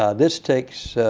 ah this takes